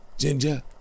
ginger